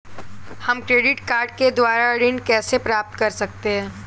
हम credit card के द्वारा ऋण कैसे प्राप्त कर सकते हैं?